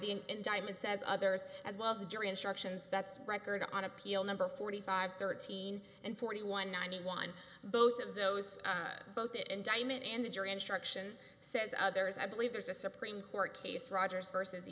an indictment says others as well as the jury instructions that's record on appeal number forty five thirteen and forty one ninety one both of those both the indictment and the jury instruction says others i believe there's a supreme court case rogers vs the